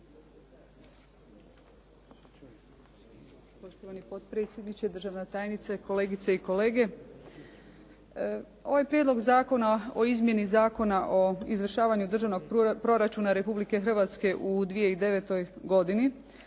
Poštovani potpredsjedniče, državna tajnice, kolegice i kolege. Ovaj Prijedlog zakona o izmjeni Zakona o izvršavanju državnog proračuna Republike Hrvatske u 2009. godini